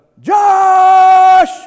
Josh